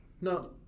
No